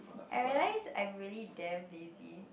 I realise I'm really damn lazy